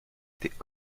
étaient